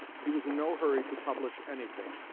he was in no hurry to publish anything,